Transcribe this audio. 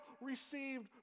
received